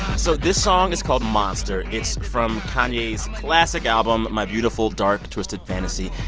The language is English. so this song is called monster. it's from kanye's classic album my beautiful dark twisted fantasy.